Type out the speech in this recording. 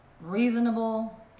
reasonable